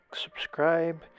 subscribe